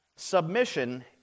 Submission